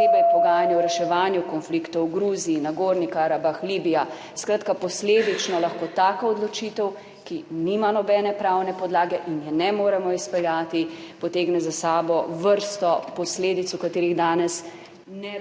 posebej pogajanja o reševanju konfliktov v Gruziji, Nagorny karabach, Libija. Skratka, posledično lahko taka odločitev, ki nima nobene pravne podlage in je ne moremo izpeljati, potegne za sabo vrsto posledic, o katerih danes… /